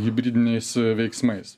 hibridiniais veiksmais